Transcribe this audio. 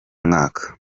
mwaka